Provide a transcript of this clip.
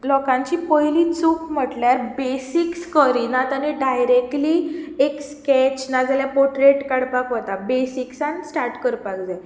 लोकांची पयली चूक म्हटल्यार बेसीक्स करिनात आनी डायरेक्टली एक स्केच नाजाल्यार पोट्रेट काडपाक वता बेसीक्सान स्टार्ट करपाक जाय